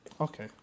Okay